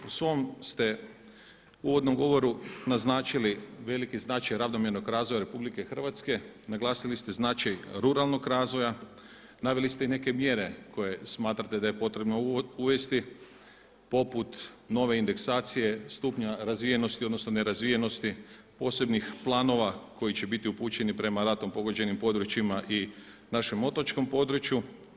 U svom ste uvodnom govoru naznačili veliki značaj ravnomjernog razvoja Republike Hrvatske, naglasili ste značaj ruralnog razvoja, naveli ste i neke mjere koje smatrate da je potrebno uvesti poput nove indeksacije, stupnja razvijenosti, odnosno nerazvijenosti, posebnih planova koji će biti upućeni prema ratom pogođenim područjima i našem otočkom području.